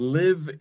live